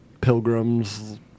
Pilgrims